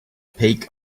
peak